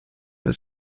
his